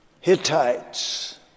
Hittites